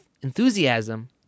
enthusiasm